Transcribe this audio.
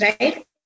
right